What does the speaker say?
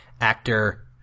actor